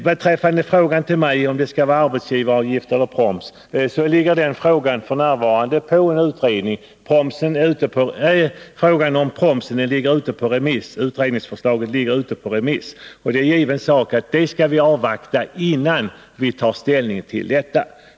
Beträffande frågan till mig, om det skall vara arbetsgivaravgifter eller proms, vill jag säga att detta f. n. är föremål för utredning, och utredningsförslaget ligger ute på remiss. Det är en given sak att vi skall avvakta detta resultat innan vi tar ställning till den saken.